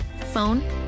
phone